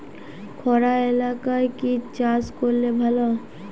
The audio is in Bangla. খরা এলাকায় কি চাষ করলে ভালো?